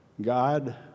God